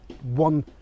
one